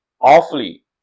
awfully